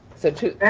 so two